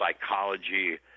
psychology